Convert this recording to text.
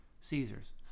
Caesar's